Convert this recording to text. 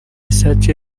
isake